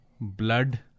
blood